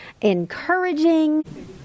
encouraging